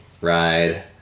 ride